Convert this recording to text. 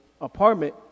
apartment